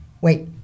wait